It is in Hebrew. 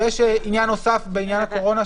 ויש עניין נוסף בעניין הקורונה,